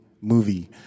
movie